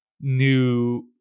new